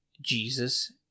jesus